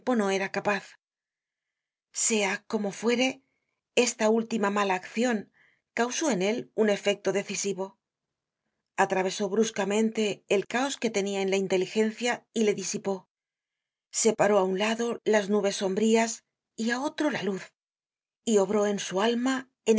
no era capaz sea como fuere esta última mala accion causó en él un efecto decisivo atravesó bruscamente el caos que tenia en la inteligencia y le disipó separó á un lado las nubes sombrías y á otro la luz y obró en su alma